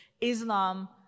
islam